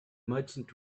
merchant